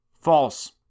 False